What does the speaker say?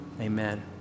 amen